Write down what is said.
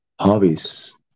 Hobbies